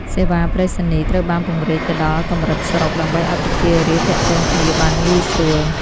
សេវាប្រៃសណីយ៍ត្រូវបានពង្រីកទៅដល់កម្រិតស្រុក ដើម្បីឱ្យប្រជារាស្ត្រទាក់ទងគ្នាបានងាយស្រួល។